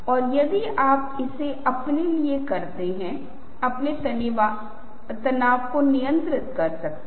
हालाँकि अगर आपको थोड़ा पहले याद है तो मैंने आपको बताया था कि स्लाइड्स को विस्तृत किया जा सकता है